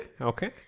okay